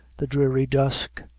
the dreary dusk,